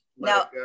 No